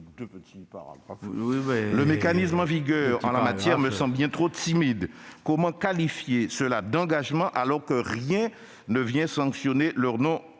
le mécanisme en vigueur en la matière me semble bien trop timide : comment parler d'« engagements » alors que rien ne vient sanctionner leur